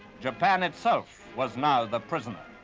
japan itself was now the prisoner.